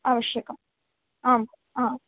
आवश्यकम् आम् आं